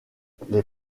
les